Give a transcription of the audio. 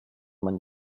man